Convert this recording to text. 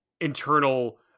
internal